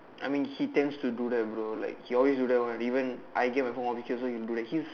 I mean he tends to do that bro like he always do that one even I he also do that he's